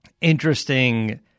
interesting